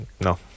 No